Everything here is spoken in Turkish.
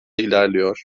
ilerliyor